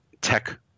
Tech